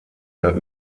mehr